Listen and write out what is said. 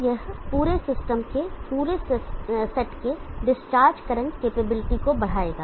तो यह पूरे सिस्टम के पूरे सेट के डिस्चार्ज करंट कैपेबिलिटी को बढ़ाएगा